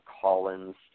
Collins